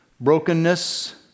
brokenness